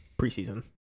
Preseason